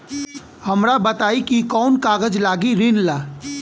हमरा बताई कि कौन कागज लागी ऋण ला?